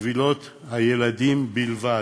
קבילות הילדים בלבד.